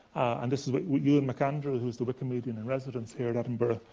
and this is what ewan mcandrew, who's the wikimedian in residence here at edinburgh,